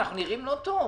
אנחנו נראים לא טוב.